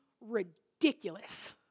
ridiculous